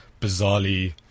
bizarrely